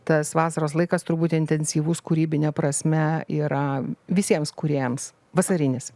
tas vasaros laikas turbūt intensyvus kūrybine prasme yra visiems kūrėjams vasarinis